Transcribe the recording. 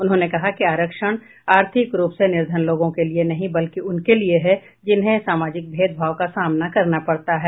उन्होंने कहा कि आरक्षण आर्थिक रूप से निर्धन लोगों के लिए नहीं बल्कि उनके लिए है जिन्हें सामाजिक भेदभाव का सामना करना पड़ता है